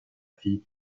fille